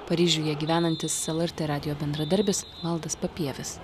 paryžiuje gyvenantis lrt radijo bendradarbis valdas papievis